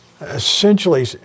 essentially